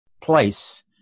place